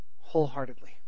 wholeheartedly